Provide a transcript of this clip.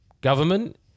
government